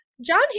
John